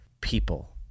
people